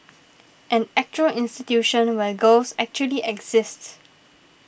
an actual institution where girls actually exist